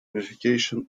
verification